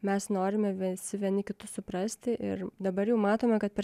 mes norime visi vieni kitus suprasti ir dabar jau matome kad per